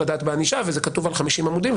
הדעת בענישה וזה כתוב על 50 עמודים.